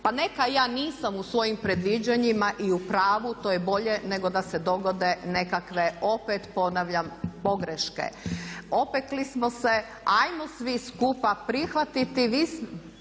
Pa neka ja nisam u svojim predviđanjima i u pravu, to je bolje nego da se dogode nekakve, opet ponavljam pogreške. Opekli smo se, ajmo svi skupa prihvatiti